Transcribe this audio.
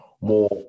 more